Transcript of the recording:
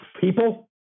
people